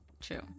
True